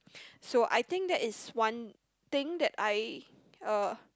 so I think that is one thing that I uh